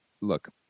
look